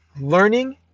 learning